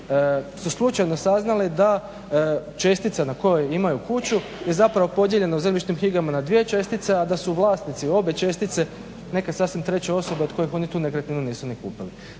su slučajno saznali da čestica na kojoj imaju kuću je zapravo podijeljena u zemljišnim knjigama na dvije čestice a da su vlasnici obje čestice neke sasvim treće osobe od kojih oni tu nekretninu nisu ni kupili.